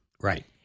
Right